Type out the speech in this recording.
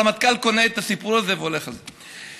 הרמטכ"ל קונה את הסיפור הזה והולך על זה.